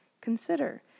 consider